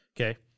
okay